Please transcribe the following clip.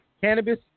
cannabis